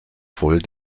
voll